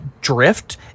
drift